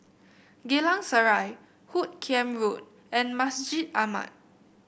Geylang Serai Hoot Kiam Road and Masjid Ahmad